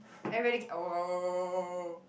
everyday ke~ !whoa!